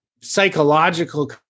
psychological